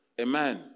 Amen